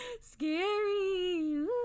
Scary